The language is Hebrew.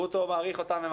גרוטו מעריך אותם,